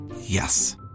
Yes